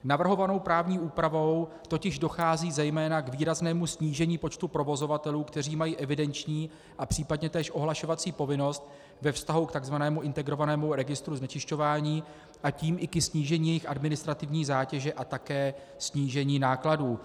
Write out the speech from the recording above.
Navrhovanou právní úpravou totiž dochází zejména k výraznému snížení počtu provozovatelů, kteří mají evidenční a případně též ohlašovací povinnost ve vztahu k tzv. integrovanému registru znečišťování, a tím i ke snížení administrativní zátěže a také snížení nákladů.